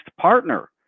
partner